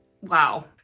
wow